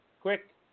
Quick